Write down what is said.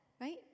right